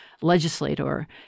legislator